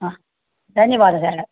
हा धन्यवादः